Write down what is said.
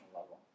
level